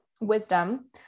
wisdom